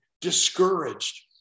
discouraged